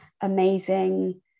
amazing